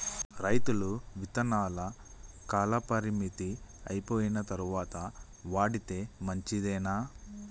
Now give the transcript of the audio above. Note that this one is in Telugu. రైతులు విత్తనాల కాలపరిమితి అయిపోయిన తరువాత వాడితే మంచిదేనా?